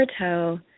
toe